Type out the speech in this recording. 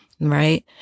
right